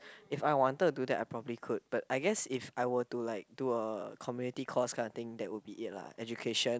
if I wanted to do that I probably could but I guess if I were to like do a community course kind of thing that would be it lah education